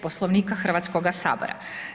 Poslovnika Hrvatskoga sabora.